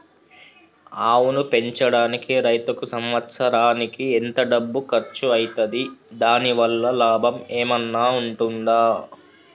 ఆవును పెంచడానికి రైతుకు సంవత్సరానికి ఎంత డబ్బు ఖర్చు అయితది? దాని వల్ల లాభం ఏమన్నా ఉంటుందా?